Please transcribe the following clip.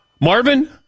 Marvin